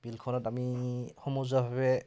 বিলখনত আমি সমজুৱাভাৱে